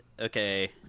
okay